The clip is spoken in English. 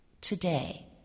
Today